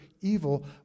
evil